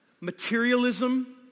materialism